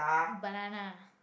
banana